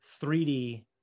3D